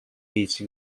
each